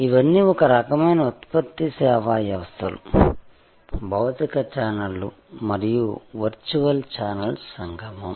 ఇవన్నీ ఒక రకమైన ఉత్పత్తి సేవా వ్యవస్థలు భౌతిక చానెల్లు మరియు వర్చువల్ ఛానెల్ల సంగమం